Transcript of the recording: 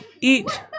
eat